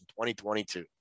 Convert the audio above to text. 2022